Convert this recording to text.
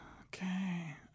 Okay